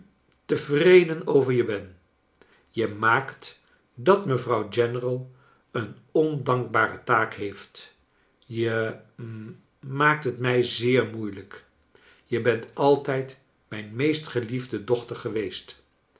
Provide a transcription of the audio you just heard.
tevreden over je ben je maakt dat mevrouw general een ondankbare taak heeft je hm maakt het mij zeer moeilijk je bent altijd mijn meest geliefde dochter geweest